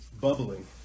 bubbling